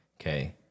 Okay